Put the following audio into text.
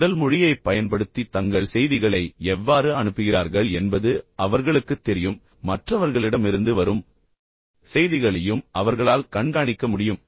உடல் மொழியைப் பயன்படுத்தி தங்கள் செய்திகளை எவ்வாறு அனுப்புகிறார்கள் என்பது அவர்களுக்குத் தெரியும் மேலும் மற்றவர்களிடமிருந்து வரும் செய்திகளையும் அவர்களால் கண்காணிக்க முடியும்